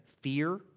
fear